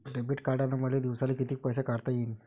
Debit कार्डनं मले दिवसाले कितीक पैसे काढता येईन?